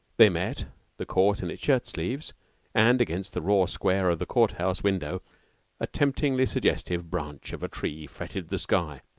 they met the court in its shirt-sleeves and against the raw square of the court house window a temptingly suggestive branch of a tree fretted the sky.